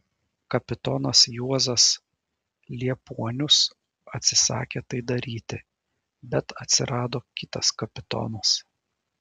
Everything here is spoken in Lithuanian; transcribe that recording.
kapitonas juozas liepuonius atsisakė tai daryti bet atsirado kitas kapitonas